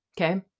Okay